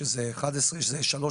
שזה סעיף